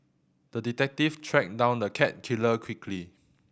the detective tracked down the cat killer quickly